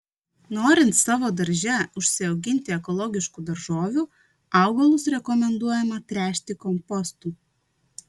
norint savo darže užsiauginti ekologiškų daržovių augalus rekomenduojama tręšti kompostu